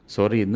Sorry